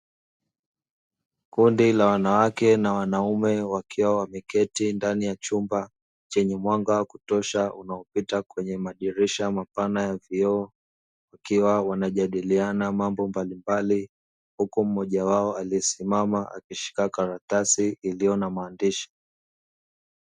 Kundi la wanawake na wanaume wakiwa wameketi ndani ya chumba chenye mwanga wa kutosha unaopita kwenye madirisha mapana ya vioo, wakiwa wanajadiliana mambo mbalimbali huku mmoja wao aliesimama akishika karatasi iliyo na maandishi.